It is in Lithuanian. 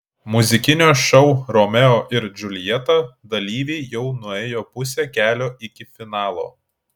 muzikinio šou romeo ir džiuljeta dalyviai jau nuėjo pusę kelio iki finalo